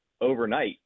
overnight